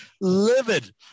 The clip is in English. livid